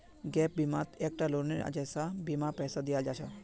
gap बिमात एक टा लोअनेर जैसा बीमार पैसा दियाल जाहा